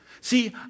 See